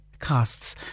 costs